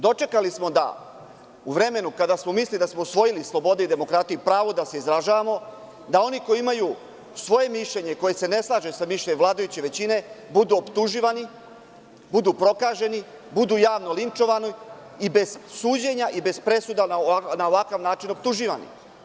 Dočekali smo da u vremenu kada smo mislili da smo usvojili slobodu i demokratiju i pravo da se izražavamo, da oni koji imaju svoje mišljenje koje se ne slaže sa mišljenjem vladajuće većine budu optuživani, budu prokaženi, budu javno linčovani i bez suđenja i bez presuda na ovakav način optuživani.